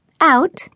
out